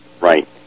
Right